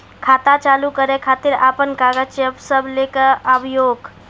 खाता चालू करै खातिर आपन कागज सब लै कऽ आबयोक?